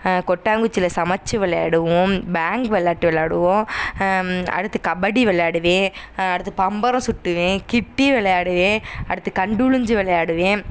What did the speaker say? கொட்டாங் குச்சியில சமைச்சி விளையாடுவோம் பேங்க்கு விளாட்டு விளாடுவோம் அடுத்து கபடி விளாடுவேன் அடுத்து பம்பரம் சுட்டுவேன் கிட்டி விளாடுவேன் அடுத்து கண்டு ஒழிஞ்சு விளாடுவேன்